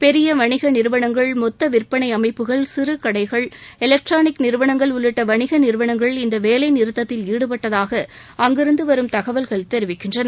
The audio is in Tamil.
பெரிய வணிக நிறுவனங்கள் மொத்த விற்பனை அமைப்புகள் சிறு கடைகள் எலக்ட்ரானிக் நிறுவனங்கள் உள்ளிட்ட வணிக நிறுவனங்கள் இந்த வேலைநிறத்தத்தில் ஈடுபட்டுள்ளதாக அங்கிருந்து வரும் தகவல்கள் தெரிவிக்கின்றன